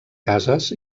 cases